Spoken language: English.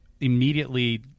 immediately